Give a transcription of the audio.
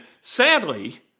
Sadly